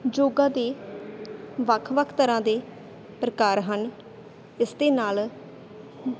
ਯੋਗਾ ਦੇ ਵੱਖ ਵੱਖ ਤਰ੍ਹਾਂ ਦੇ ਪ੍ਰਕਾਰ ਹਨ ਇਸ ਦੇ ਨਾਲ ਹੁੰ